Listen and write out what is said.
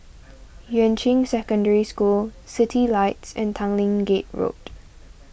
Yuan Ching Secondary School Citylights and Tanglin Gate Road